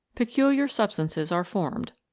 peculiar substances are formed.